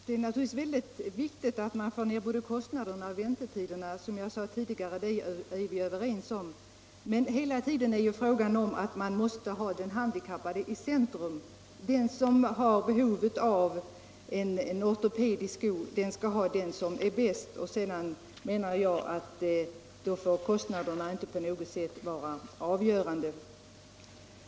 Herr talman! Det är naturligtvis väldigt viktigt att man får ned både kostnaderna och väntetiderna, som jag sade tidigare. Det är vi överens om. Men hela tiden är det ju fråga om att man måste ha den handikappade i centrum. En person som har behov av en ortopedisk sko skall ha den som är bäst. Och då får kostnaderna, menar jag, inte på något sätt vara avgörande.